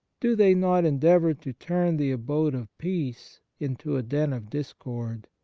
do they not endeavour to turn the abode of peace into a den of discord,